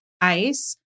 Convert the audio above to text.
ice